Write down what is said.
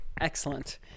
excellent